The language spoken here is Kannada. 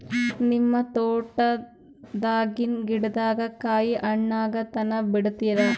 ನಿಮ್ಮ ತೋಟದಾಗಿನ್ ಗಿಡದಾಗ ಕಾಯಿ ಹಣ್ಣಾಗ ತನಾ ಬಿಡತೀರ?